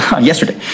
yesterday